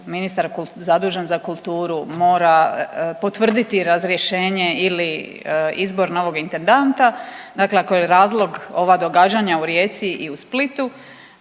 ministar zadužen za kulturu mora potvrditi razrješenje ili izbor novog intendanta, dakle ako je razlog ova događanja u Rijeci i u Splitu